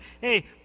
Hey